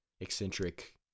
eccentric